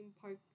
park